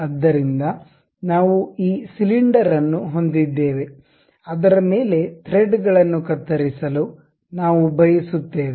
ಆದ್ದರಿಂದ ನಾವು ಈ ಸಿಲಿಂಡರ್ ಅನ್ನು ಹೊಂದಿದ್ದೇವೆ ಅದರ ಮೇಲೆ ಥ್ರೆಡ್ಗಳನ್ನು ಕತ್ತರಿಸಲು ನಾವು ಬಯಸುತ್ತೇವೆ